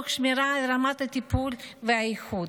תוך שמירה על רמת הטיפול והאיכות.